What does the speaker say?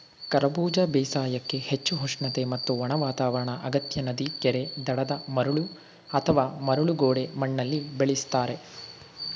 ಕರಬೂಜ ಬೇಸಾಯಕ್ಕೆ ಹೆಚ್ಚು ಉಷ್ಣತೆ ಮತ್ತು ಒಣ ವಾತಾವರಣ ಅಗತ್ಯ ನದಿ ಕೆರೆ ದಡದ ಮರಳು ಅಥವಾ ಮರಳು ಗೋಡು ಮಣ್ಣಲ್ಲಿ ಬೆಳೆಸ್ತಾರೆ